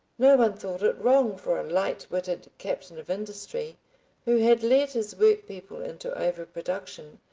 no one thought it wrong for a light-witted captain of industry who had led his workpeople into overproduction,